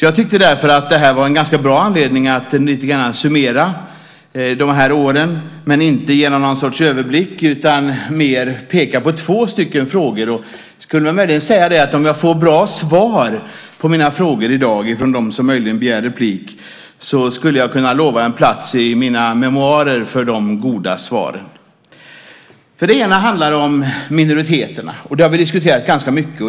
Jag tyckte därför att det här var ett ganska bra tillfälle att summera dessa tolv år, men inte genom någon överblick. Jag vill fokusera på två frågor. Om jag får bra svar i dag från dem som begär replik på mitt anförande kan jag möjligen bereda plats i mina memoarer för dem. Den ena frågan gäller minoriteterna. Det har vi diskuterat mycket.